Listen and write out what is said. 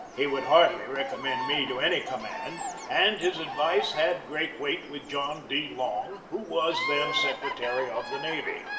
he would hardly recommend me to any command and his advice had great weight with john d. long, who was then secretary of the navy.